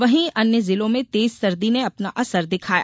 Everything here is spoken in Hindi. वहीं अन्य जिलों में तेज सर्दी ने अपना असर दिखाया